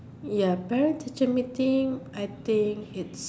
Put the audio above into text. ya parent teacher meeting I think it's